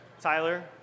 Tyler